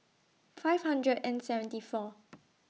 five hundred and seventy four